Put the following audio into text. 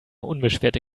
unbeschwerte